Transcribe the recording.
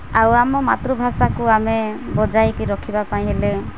ଆଉ ଆମ ମାତୃଭାଷାକୁ ଆମେ ବଜାଇକି ରଖିବା ପାଇଁ ହେଲେ